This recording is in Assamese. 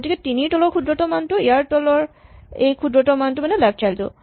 গতিকে ৩ৰ তলৰ ক্ষুদ্ৰতম মানটো ইয়াৰ তলৰ ক্ষুদ্ৰতম মানটো মানে লেফ্ট চাইল্ড টো